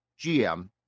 GM